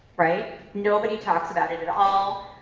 right? nobody talks about it at all.